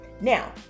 Now